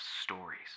stories